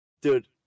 Dude